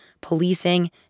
policing